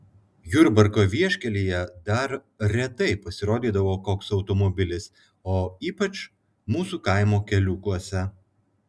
jurbarko vieškelyje dar retai pasirodydavo koks automobilis o ypač mūsų kaimo keliukuose